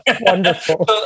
wonderful